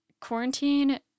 quarantine